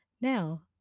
Now